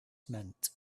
meant